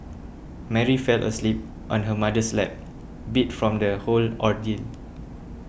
Mary fell asleep on her mother's lap beat from the whole ordeal